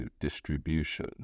distribution